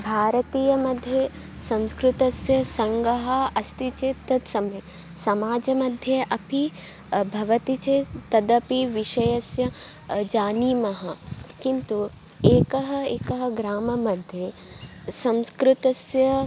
भारतीयमध्ये संस्कृतस्य सङ्घः अस्ति चेत् तद् सम्यक् समाजमध्ये अपि भवति चेत् तदपि विषयस्य जानीमः किन्तु एकस्मिन् एकस्मिन् ग्राममध्ये संस्कृतस्य